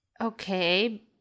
Okay